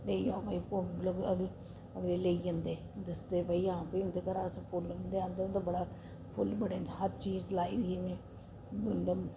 लेई जंदे ते लोग अदूं लेई जंदे दसदे भई हां भई उं'दे घरै दा असें फुल्ल आंदे उं'दे बड़ा फुल्ल बड़े न हर चीज लाई दी ऐ उ'नें मतलब